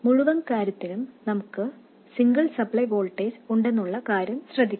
മുഴുവൻ കാര്യത്തിനും നമുക്ക് സിംഗിൾ സപ്ലൈ വോൾട്ടേജ് ഉണ്ടെന്നുള്ള കാര്യം ശ്രദ്ധിക്കുക